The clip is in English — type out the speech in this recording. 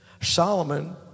solomon